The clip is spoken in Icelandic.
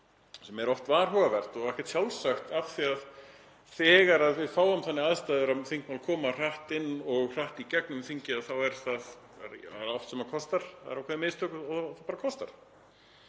sem er oft varhugavert og ekkert sjálfsagt af því að þegar við fáum þannig aðstæður að þingmál koma hratt inn og hratt í gegnum þingið, þá kostar það oft sitt, það eru gerð ákveðin mistök og það bara kostar.